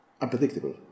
unpredictable